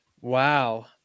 Wow